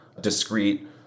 discrete